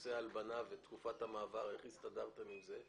נושא ההלבנה ותקופת המעבר, איך הסתדרתם עם זה?